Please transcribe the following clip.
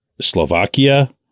Slovakia